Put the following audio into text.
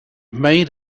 made